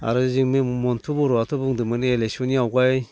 आरो जोंनि मनथु बर'आथ' बुंदोंमोन एलेकशननि आवगाय